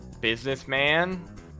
businessman